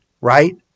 right